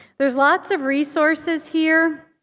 there's lots of resources here.